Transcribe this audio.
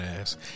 ass